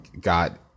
got